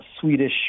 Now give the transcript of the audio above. Swedish